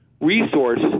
resource